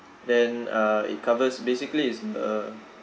then uh it covers basically it's an a